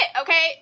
okay